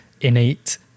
innate